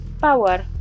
Power